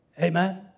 Amen